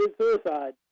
suicide